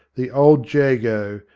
the old jago,